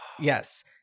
yes